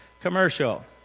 commercial